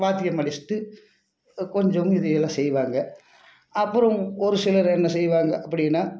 வாத்தியம் அடிச்சுட்டு கொஞ்சம் இதை எல்லாம் செய்வாங்க அப்பறம் ஒரு சிலர் என்ன செய்வாங்க அப்படின்னா